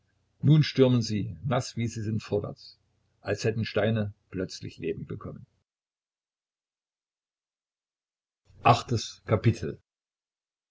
nun stürmen sie naß wie sie sind vorwärts als hätten steine plötzlich leben bekommen